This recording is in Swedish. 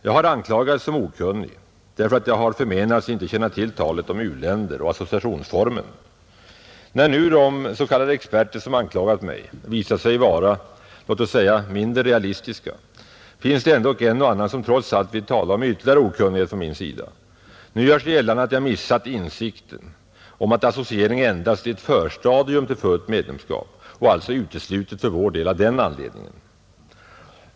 Jag har anklagats som okunnig därför att jag har förmenats icke känna till talet om u-länder och associationsformen, När nu de s.k. experter som anklagat mig visat sig vara, låt oss säga mindre realistiska, finns det ändock en och annan som trots allt vill tala om ytterligare okunnighet från min sida, Nu görs det gällande att jag missat insikten om att associering endast är ett förstadium till fullt medlemskap och alltså uteslutet för vår del av den anledningen.